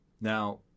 Now